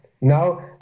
Now